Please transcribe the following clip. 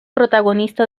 protagonista